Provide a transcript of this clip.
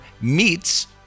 meets